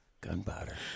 Gunpowder